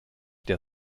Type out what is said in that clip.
der